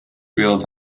built